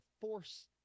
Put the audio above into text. force